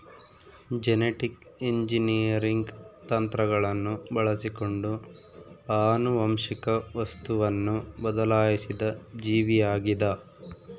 genetic engineering ತಂತ್ರಗಳನ್ನು ಬಳಸಿಕೊಂಡು ಆನುವಂಶಿಕ ವಸ್ತುವನ್ನು ಬದಲಾಯಿಸಿದ ಜೀವಿಯಾಗಿದ